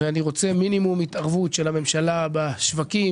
אני רוצה מינימום התערבות של הממשלה בשווקים,